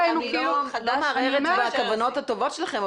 לא מערערת על הכוונות הטובות שלכם,